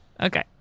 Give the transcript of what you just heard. Okay